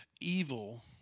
evil